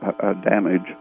damage